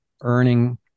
earning